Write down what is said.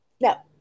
No